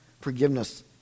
forgiveness